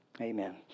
amen